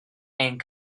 and